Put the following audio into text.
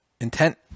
intent